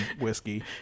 whiskey